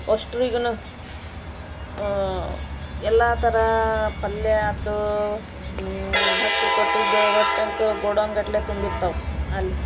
ಅಷ್ಟ್ರಿಗು ಎಲ್ಲ ಥರ ಪಲ್ಯ ಆಯ್ತು ಭಕ್ತರು ಕೊಟ್ಟಿದ್ದು ರೊಟ್ಟಿ ಅಂಕು ಗೋಡಾನ್ ಗಟ್ಟಲೆ ತುಂಬಿರ್ತಾವೆ ಅಲ್ಲಿ